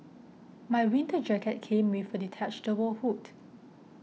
my winter jacket came with a detachable hood